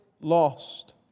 lost